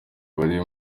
bari